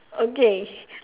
okay